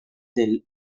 del